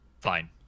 fine